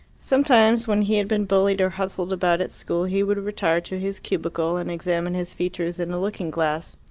sometimes when he had been bullied or hustled about at school he would retire to his cubicle and examine his features in a looking-glass,